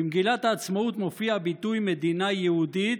במגילת העצמאות מופיע הביטוי "מדינה יהודית"